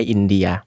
India